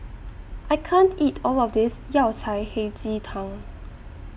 I can't eat All of This Yao Cai Hei Ji Tang